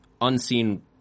unseen